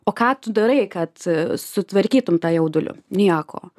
o ką tu darai kad sutvarkytum tą jaudulį nieko